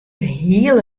hele